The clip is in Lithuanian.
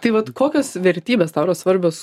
tai vat kokios vertybės tau yra svarbios